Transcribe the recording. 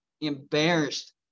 embarrassed